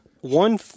one